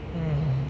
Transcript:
mm